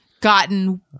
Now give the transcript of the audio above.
gotten